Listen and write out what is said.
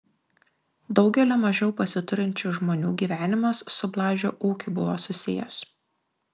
daugelio mažiau pasiturinčių žmonių gyvenimas su blažio ūkiu buvo susijęs